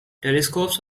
telescopes